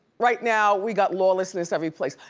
right now, we got lawlessness every place.